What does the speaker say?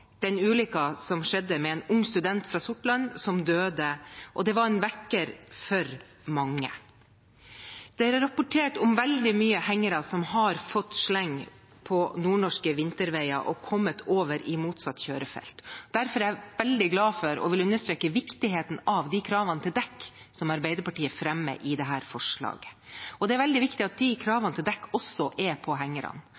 den ulykken som skjedde med en ung student fra Sortland, som døde. Det var en vekker for mange. Det er rapportert om veldig mange som har fått sleng på hengeren på nordnorske vinterveier og kommet over i motsatt kjørefelt. Derfor er jeg veldig glad for og vil understreke viktigheten av de kravene til dekk som bl.a. Arbeiderpartiet fremmer forslag om i denne saken. Det er veldig viktig at de